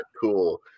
cool